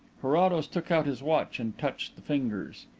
carrados took out his watch and touched the fingers.